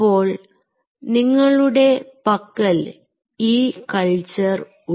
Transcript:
അപ്പോൾ നിങ്ങളുടെ പക്കൽ ഈ കൾച്ചർ ഉണ്ട്